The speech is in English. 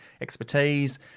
expertise